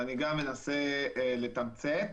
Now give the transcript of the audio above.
אני אנסה לתמצת.